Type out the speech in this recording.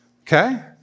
okay